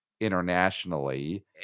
internationally